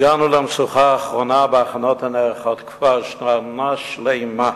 הגענו למשוכה האחרונה בהכנות הנערכות כבר שנה שלמה,